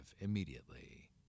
immediately